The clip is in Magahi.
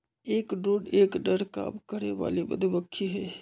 एक ड्रोन एक नर काम करे वाली मधुमक्खी हई